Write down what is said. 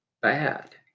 bad